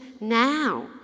now